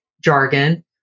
jargon